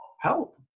help